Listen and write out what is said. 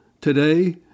Today